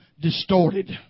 distorted